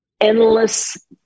endless